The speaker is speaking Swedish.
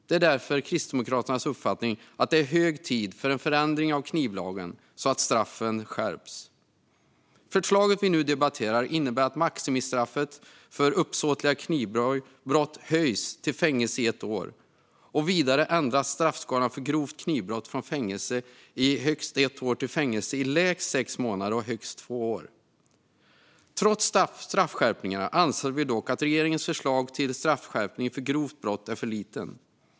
Det är därför Kristdemokraternas uppfattning att det är hög tid för en förändring av knivlagen så att straffen skärps. Förslaget vi nu debatterar innebär att maximistraffet för uppsåtliga knivbrott höjs till fängelse i ett år. Vidare ändras straffskalan för grovt knivbrott från fängelse i högst ett år till fängelse i lägst sex månader och högst två år. Trots straffskärpningarna anser vi att regeringens förslag till straffskärpning för grovt brott är för liten.